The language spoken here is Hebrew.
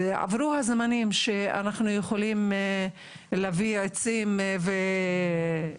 עברו הזמנים שאנחנו יכולים להביא עצים ולהתחמם.